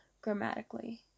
grammatically